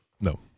No